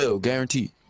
Guaranteed